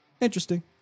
Interesting